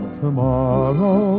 tomorrow